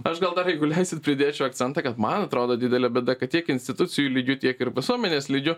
aš gal dar jeigu leisit pridėčiau akcentą kad man atrodo didelė bėda kad tiek institucijų lygiu tiek ir visuomenės lygiu